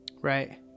Right